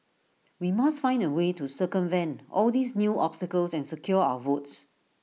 we must find A way to circumvent all these new obstacles and secure our votes